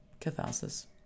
catharsis